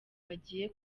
bagiye